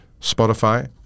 Spotify